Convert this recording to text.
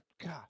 God